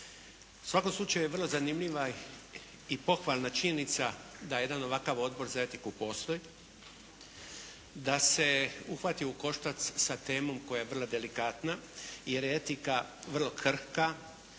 svakom slučaju, vrlo zanimljiva i pohvalna činjenica da jedan ovakav Odbor za etiku postoji, da se uhvatio u koštac sa temom koja je vrlo delikatna jer je etika vrlo krhka,